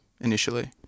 initially